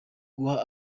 guha